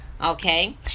okay